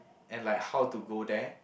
and like how to go there